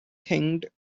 thinged